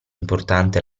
importante